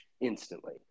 instantly